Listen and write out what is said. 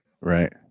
Right